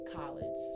college